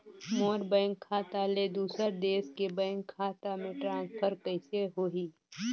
मोर bank खाता ले दुसर देश के बैंक खाता मे ट्रांसफर कइसे होही?